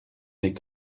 les